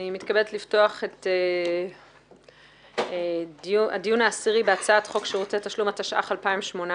אני מתכבדת לפתוח את הדיון העשירי בהצעת חוק שירותי תשלום התשע"ח-2018,